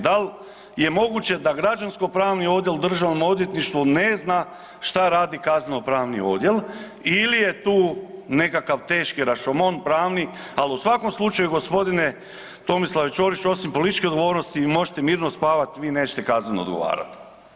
Da li je moguće da građansko pravni odjel u Državnom odvjetništvu ne zna šta radi kazneno pravni odjel ili je tu nekakav teški rašomon pravni, ali u svakom slučaju gospodine Tomislavu Ćoriću osim političke odgovornosti vi možete mirno spavati vi nećete kazneno odgovarati.